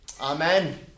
Amen